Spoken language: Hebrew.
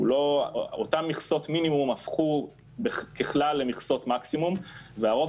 אותן מכסות מינימום הפכו ככלל למכסות מקסימום והרוב